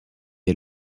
est